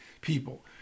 people